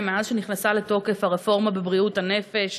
מאז שנכנסה לתוקף הרפורמה בבריאות הנפש,